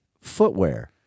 footwear